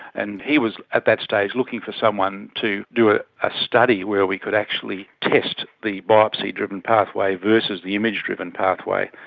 and he was that stage looking for someone to do a ah study where we could actually test the biopsy driven pathway versus the image driven pathway,